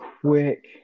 quick